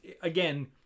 again